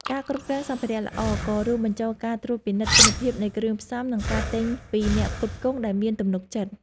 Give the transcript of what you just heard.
ការគ្រប់គ្រងសំភារៈល្អ ក៏រួមបញ្ចូលការត្រួតពិនិត្យគុណភាពនៃគ្រឿងផ្សំ និងការទិញពីអ្នកផ្គត់ផ្គង់ដែលមានទំនុកចិត្ត។